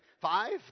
five